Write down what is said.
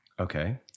okay